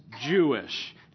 jewish